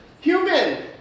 human